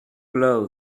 blow